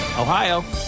Ohio